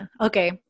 Okay